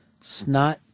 Snot